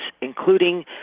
including